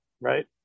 right